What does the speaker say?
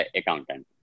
accountant